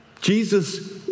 Jesus